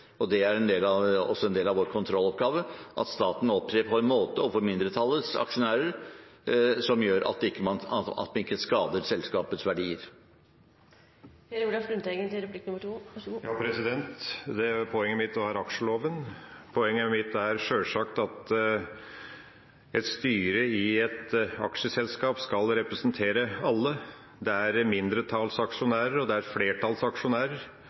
det er også en del av vår kontrolloppgave at staten opptrer på en måte overfor mindretallets aksjonærer som gjør at man ikke skader selskapets verdier. Poenget mitt er aksjeloven. Poenget mitt er sjølsagt at et styre i et aksjeselskap skal representere alle. Det er mindretallsaksjonærer, og det er flertallsaksjonærer,